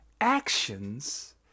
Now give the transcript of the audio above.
Actions